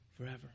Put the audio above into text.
forever